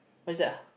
what is that ah